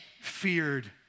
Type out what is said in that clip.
feared